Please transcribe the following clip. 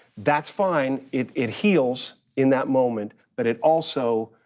that's fine. it it heals in that moment, but it also